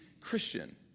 Christian